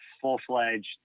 full-fledged